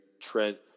Trent